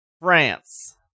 France